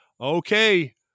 Okay